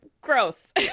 gross